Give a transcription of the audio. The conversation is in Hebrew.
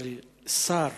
אבל שר